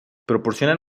proporcionan